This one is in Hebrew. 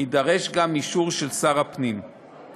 יידרש גם אישור של שר המשפטים.